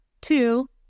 two